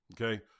okay